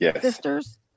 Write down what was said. sisters